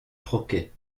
troquet